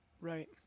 right